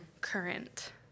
current